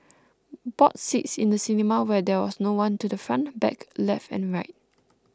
bought seats in the cinema where there was no one to the front back left and right